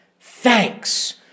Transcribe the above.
thanks